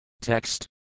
Text